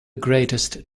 greatest